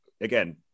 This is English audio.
again